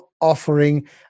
offering